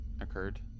occurred